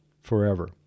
forever